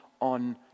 on